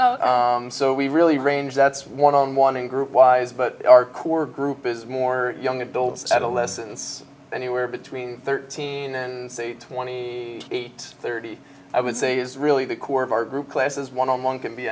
five so we really range that's one on one in group wise but our core group is more young adults adolescents anywhere between thirteen and twenty eight thirty i would say is really the core of our group classes one on one c